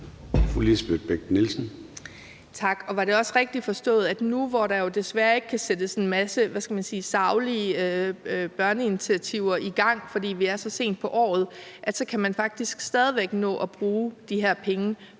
Tak, og var det også rigtigt forstået, at nu, hvor der jo desværre ikke kan sættes en masse, hvad skal man sige, saglige børneinitiativer i gang, fordi vi er henne så sent på året, så kan man faktisk stadig væk nå at bruge de her penge,